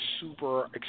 super